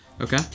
Okay